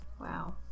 Wow